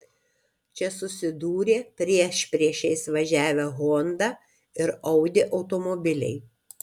čia susidūrė priešpriešiais važiavę honda ir audi automobiliai